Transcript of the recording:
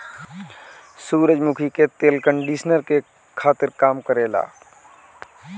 सूरजमुखी के तेल केस खातिर कंडिशनर के काम करेला